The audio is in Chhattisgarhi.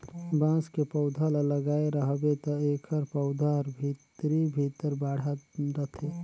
बांस के पउधा ल लगाए रहबे त एखर पउधा हर भीतरे भीतर बढ़ात रथे